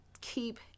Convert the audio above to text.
keep